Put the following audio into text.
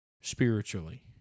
spiritually